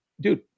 dude